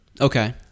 okay